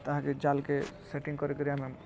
ତାହାକେ ଜାଲ୍କେ ସେଟିଂ କରି କରିି ଆମେ